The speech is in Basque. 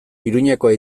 iruñekoa